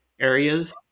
areas